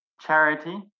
Charity